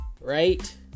Right